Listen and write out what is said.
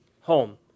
home